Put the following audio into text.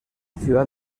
ciudad